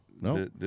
no